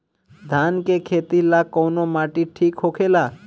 धान के खेती ला कौन माटी ठीक होखेला?